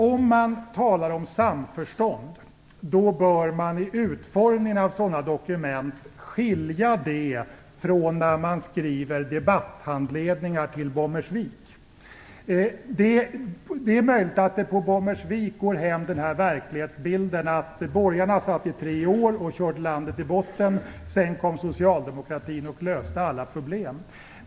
Om man talar om samförstånd bör man vid utformningen av dokument skilja mellan politiska dokument och debatthandledningar till Bommersvik. Det är möjligt att verklighetsbilden av att borgarna satt i tre år och körde landet i botten och att socialdemokratin sedan kom och löste alla problem går hem på Bommersvik.